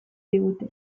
digute